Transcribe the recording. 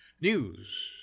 News